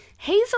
Hazel